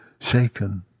shaken